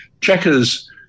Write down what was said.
checkers